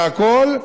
והכול,